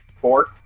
Four